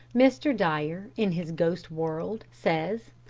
mr. dyer, in his ghost world, says,